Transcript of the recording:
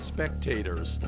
Spectators